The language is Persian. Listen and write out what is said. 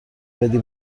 بدی